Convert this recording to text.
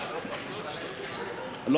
מחלק ציונים.